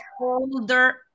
older